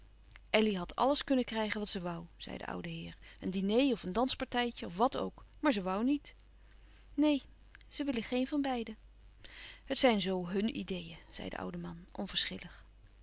elly had alles kunnen krijgen wat ze woû zei de oude heer een diner of een danspartijtje of wat ook maar ze woû niet neen ze willen geen van beiden het zijn zoo hun ideeën zei de oude man